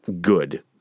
good